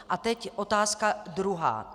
A teď otázka druhá.